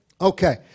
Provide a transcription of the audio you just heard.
Okay